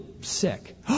sick